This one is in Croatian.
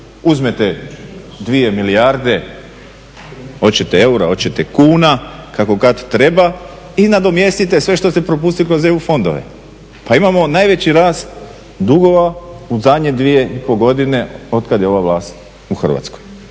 uzmete 2 milijarde hoćete eura, hoćete kuna kako kad treba i nadomjestite sve što ste propustili kroz EU fondove. Pa imamo najveći rast dugova u zadnje dvije i pol godine od kad je ova vlast u Hrvatskoj.